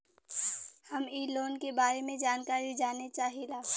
हम इ लोन के बारे मे जानकारी जाने चाहीला?